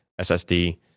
SSD